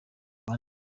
reba